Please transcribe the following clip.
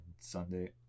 Sunday